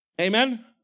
Amen